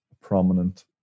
prominent